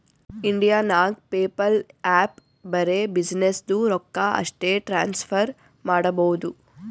India ನಾಗ್ PayPal app ಬರೆ ಬಿಸಿನ್ನೆಸ್ದು ರೊಕ್ಕಾ ಅಷ್ಟೇ ಟ್ರಾನ್ಸಫರ್ ಮಾಡಬೋದು